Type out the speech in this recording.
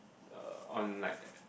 uh on like